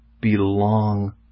belong